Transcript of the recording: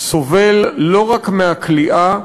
סובל לא רק מהכליאה,